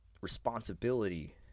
responsibility